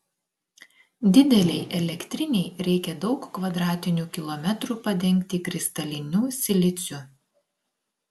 didelei elektrinei reikia daug kvadratinių kilometrų padengti kristaliniu siliciu